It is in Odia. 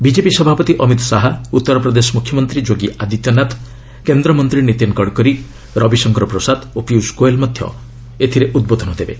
ବିଜେପି ସଭାପତି ଅମିତ୍ ଶାହା ଉତ୍ତର ପ୍ରଦେଶ ମୁଖ୍ୟମନ୍ତ୍ରୀ ଯୋଗୀ ଆଦିତ୍ୟନାଥ କେନ୍ଦ୍ରମନ୍ତ୍ରୀ ନୀତିନ୍ ଗଡ଼କରୀ ରବିଶଙ୍କର ପ୍ରସାଦ ଓ ପିୟୁଷ୍ ଗୋୟଲ୍ ମଧ୍ୟ ଉଦ୍ବୋଧନ ଦେବେ